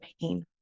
pain